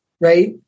right